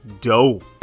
dope